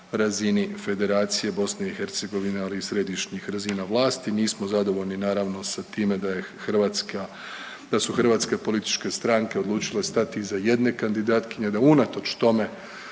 i Hercegovine, ali i središnjih razina vlasti. Nismo zadovoljni naravno sa time da je Hrvatska, da su hrvatske političke stranke odlučile stati iza jedne kandidatkinje. Da unatoč tome